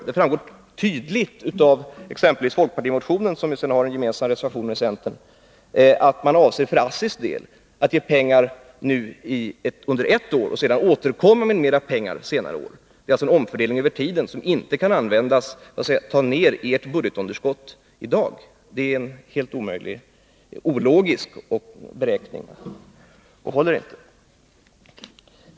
Det framgår tydligt av folkpartimotionen, som ligger till grund för en med centern gemensam reservation, att man vad gäller ASSI avser att ge pengar under ett år och sedan återkomma med mer pengar. Det är alltså fråga om en omfördelning tidsmässigt, som inte kan ta ned ert budgetunderskott i dag. Det är en helt ologisk beräkning, som inte håller.